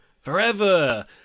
forever